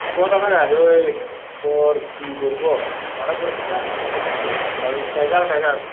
কটা নাগাদ ওই তোর কি বলবো সাড়ে দশটা সাড়ে দশটা এগারোটা এগারোটা